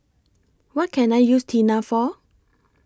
What Can I use Tena For